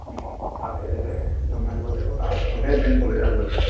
তাতে জমা দিব লাগিব তাৰপিছতহে বেংকলৈ যাব এইবোৰ